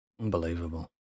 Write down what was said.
Unbelievable